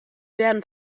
werden